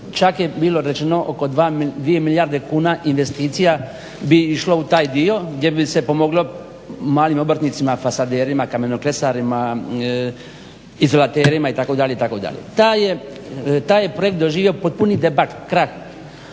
čak je bilo rečeno oko 2 milijarde kuna investicija bi išlo u taj dio gdje bi se pomoglo malim obrtnicima, fasaderima, kamenoklesarima, izolaterima itd. Taj je projekt doživio potpuni debakl, krah,